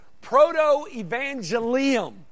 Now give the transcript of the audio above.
Proto-Evangelium